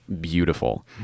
beautiful